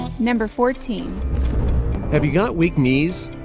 number fourteen have you got weak knees?